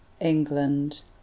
England